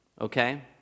okay